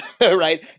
right